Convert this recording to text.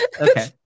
okay